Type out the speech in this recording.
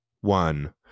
one